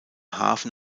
hafen